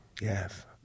Yes